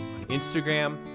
Instagram